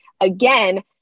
Again